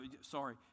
Sorry